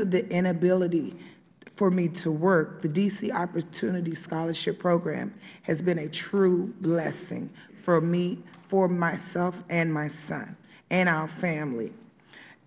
of the inability for me to work the d c opportunity scholarship program has been a true blessing for myself and my son and our family